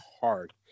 hard